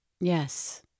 Yes